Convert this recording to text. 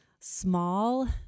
small